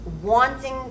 wanting